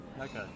Okay